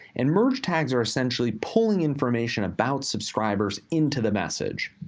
and merge tags are essentially pulling information about subscribers into the message.